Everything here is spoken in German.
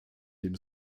dem